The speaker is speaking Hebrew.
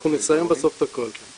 אנחנו נסיים בסוף את הכול.